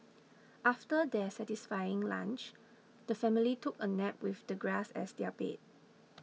after their satisfying lunch the family took a nap with the grass as their bed